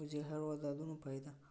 ꯍꯨꯖꯤꯛ ꯍꯥꯏꯔꯛꯑꯣꯗ ꯑꯗꯨꯅ ꯐꯩꯗ